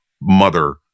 mother